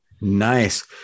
Nice